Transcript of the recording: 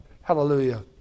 Hallelujah